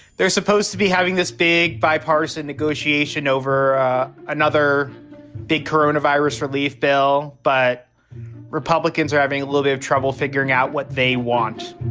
they're supposed to be having this big bipartisan negotiation over another big corona virus relief bill. but republicans are having a little bit of trouble figuring out what they want